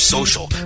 Social